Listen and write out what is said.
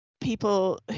People